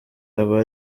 aba